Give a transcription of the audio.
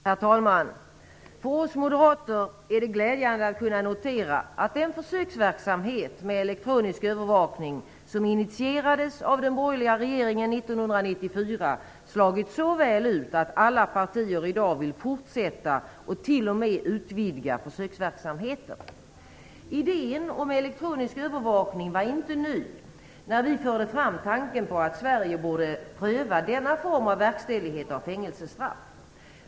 Herr talman! För oss moderater är det glädjande att kunna notera att den försöksverksamhet med elektronisk övervakning som initierades av den borgerliga regeringen 1994 slagit så väl ut att alla partier i dag vill fortsätta, och t.o.m. utvidga, försöksverksamheten. Idén om elektronisk övervakning var inte ny när vi förde fram tanken på att Sverige borde pröva denna form av verkställighet av fängelsestraff.